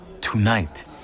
Tonight